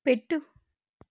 పెట్టు